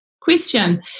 question